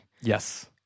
yes